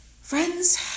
Friends